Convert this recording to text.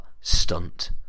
stunt